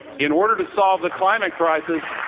in order to solve the climate crisis,